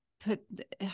put